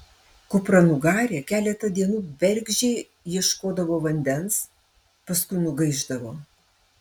kupranugarė keletą dienų bergždžiai ieškodavo vandens paskui nugaišdavo